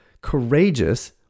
courageous